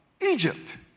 Egypt